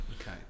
okay